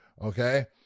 okay